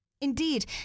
Indeed